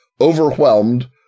overwhelmed